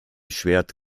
schwert